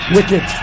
Wicked